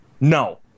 No